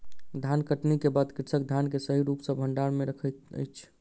धानकटनी के बाद कृषक धान के सही रूप सॅ भंडार में रखैत अछि